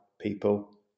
people